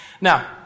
Now